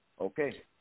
Okay